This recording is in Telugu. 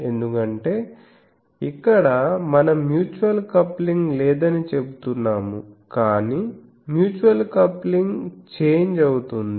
ఎందుకంటే ఇక్కడ మనం మ్యూచువల్ కప్లింగ్ లేదని చెబుతున్నాము కాని మ్యూచువల్ కప్లింగ్ చేంజ్ అవుతుంది